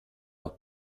noch